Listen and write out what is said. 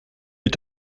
est